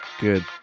Good